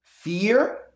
fear